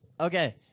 Okay